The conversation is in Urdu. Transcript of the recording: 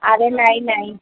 ارے نہیں نہیں